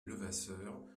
levasseur